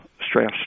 stress